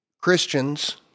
Christians